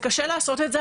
זה קשה לעשות את זה,